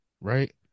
right